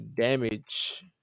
damage